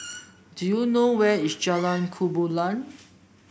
do you know where is Jalan Gumilang